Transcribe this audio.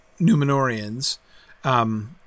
Numenorians